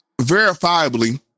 verifiably